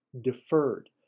deferred